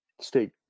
State